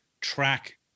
track